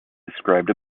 described